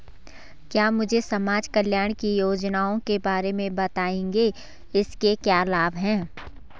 क्या मुझे समाज कल्याण की योजनाओं के बारे में बताएँगे इसके क्या लाभ हैं?